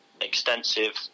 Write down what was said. extensive